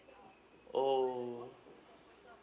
oh